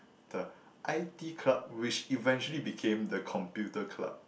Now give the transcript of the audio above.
the i_t club which eventually became the computer club